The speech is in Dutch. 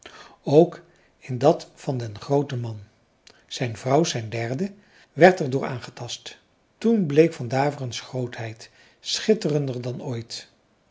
ook in dat van den grooten man zijn vrouw zijn derde werd er door aangetast toen bleek van daveren's grootheid schitterender dan ooit